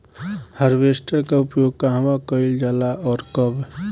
Harvester का उपयोग कहवा कइल जाला और कब?